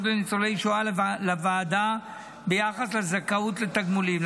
לניצולי שואה לוועדה ביחס לזכאות לתגמולים,